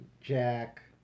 Jack